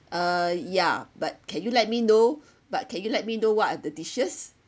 uh ya but can you let me know but can you let me know what are the dishes